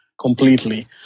completely